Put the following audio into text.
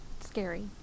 scary